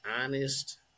honest